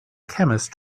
chemist